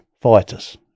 fighters